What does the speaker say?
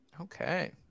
Okay